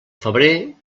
febrer